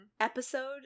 episode